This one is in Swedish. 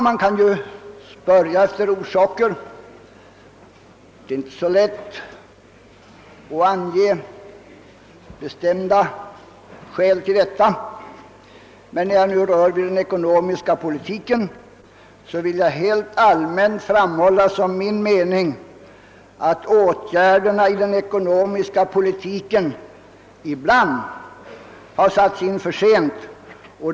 Man kan spörja efter orsaker till detta förhållande. Det är inte så lätt att med bestämdhet ange några sådana, men jag vill när jag nu något skall beröra den ekonomiska politiken helt allmänt framhålla som min mening att åtgärderna på detta område ibland har satts in för sent.